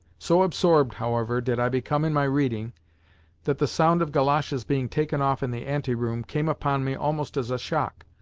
so absorbed, however, did i become in my reading that the sound of goloshes being taken off in the ante-room came upon me almost as a shock.